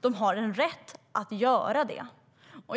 De har rätt att göra det.